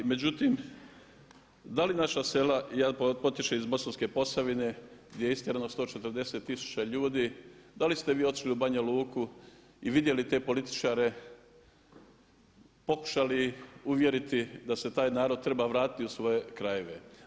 Međutim, da li naša sela, ja potječem iz Bosanske posavine gdje je iskreno 140 tisuća ljudi, da li ste vi otišli u Banja Luku i vidjeli te političare, pokušali uvjeriti da se taj narod treba vratiti u svoje krajeve?